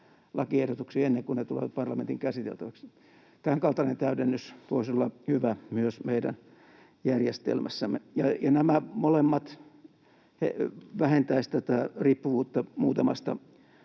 lakiehdotuksiin ennen kuin ne tulevat parlamentin käsiteltäviksi. Tämän kaltainen täydennys voisi olla hyvä myös meidän järjestelmässämme, ja nämä molemmat vähentäisivät tätä riippuvuutta ainoastaan